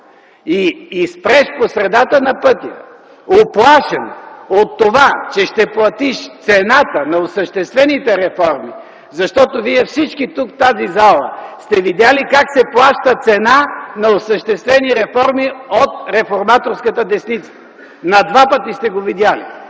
и спреш по средата на пътя, уплашен от това, че ще платиш цената на осъществените реформи, защото всички Вие тук в тази зала сте видели как се плаща цена на осъществени реформи от реформаторската десница – на два пъти сте го видели,